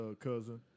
cousin